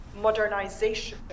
modernization